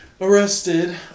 arrested